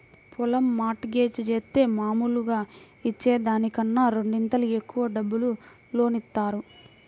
పొలం mortgage జేత్తే మాములుగా ఇచ్చే దానికన్నా రెండింతలు ఎక్కువ డబ్బులు లోను ఇత్తారు